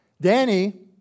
Danny